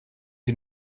die